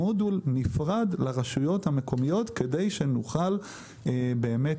מודול נפרד לרשויות המקומיות כדי שנוכל באמת